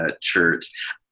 church